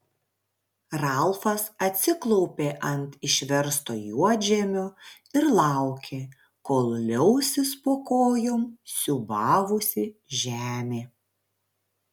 ralfas atsiklaupė ant išversto juodžemio ir laukė kol liausis po kojom siūbavusi žemė